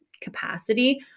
capacity